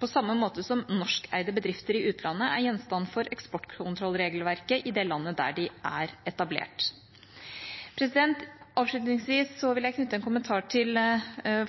på samme måte som norskeide bedrifter i utlandet er gjenstand for eksportkontrollregelverket i det landet der de er etablert. Avslutningsvis vil jeg knytte en kommentar til